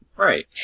Right